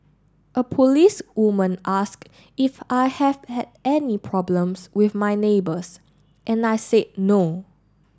a policewoman asked if I have had any problems with my neighbours and I said no